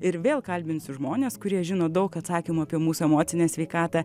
ir vėl kalbinsiu žmones kurie žino daug atsakymų apie mūsų emocinę sveikatą